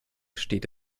steht